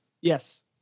Yes